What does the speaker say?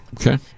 Okay